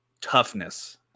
toughness